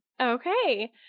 Okay